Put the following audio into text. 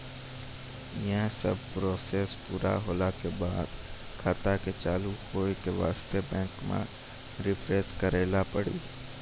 यी सब प्रोसेस पुरा होला के बाद खाता के चालू हो के वास्ते बैंक मे रिफ्रेश करैला पड़ी?